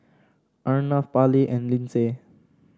Arnav Parley and Lyndsay